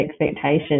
expectations